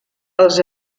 els